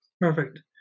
Perfect